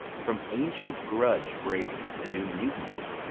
from ancient grudge break to new mutiny,